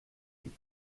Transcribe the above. huit